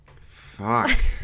Fuck